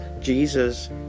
jesus